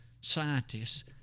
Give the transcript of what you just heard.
scientists